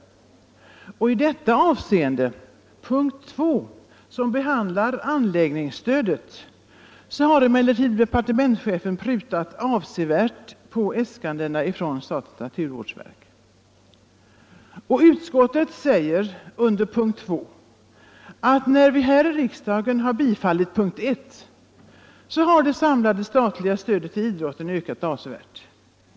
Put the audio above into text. När det gäller punkten 2, anläggningsstödet, har emellertid departementschefen prutat avsevärt på äskandena från statens naturvårdsverk. Utskottet säger under punkten 2, att vid bifall till utskottets hemställan under punkten 1 har det samlade statliga stödet till idrotten ökat avsevärt.